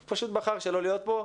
הוא פשוט בחר שלא להיות פה.